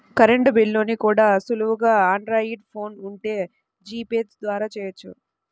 current బిల్లుల్ని కూడా సులువుగా ఆండ్రాయిడ్ ఫోన్ ఉంటే జీపే ద్వారా చెయ్యొచ్చు